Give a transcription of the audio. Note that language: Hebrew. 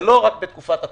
זה לא רק בתקופת הקורונה.